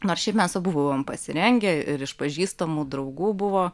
nors šiaip mes abu buvom pasirengę ir iš pažįstamų draugų buvo